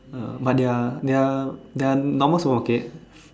uh but their their their their normal supermarket